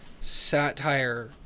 satire